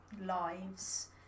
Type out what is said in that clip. lives